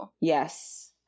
Yes